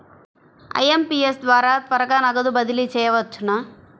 IMPS ద్వారా త్వరగా నగదు బదిలీ చేయవచ్చునా?